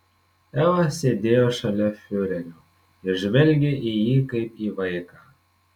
eva sėdėjo šalia fiurerio ir žvelgė į jį kaip į vaiką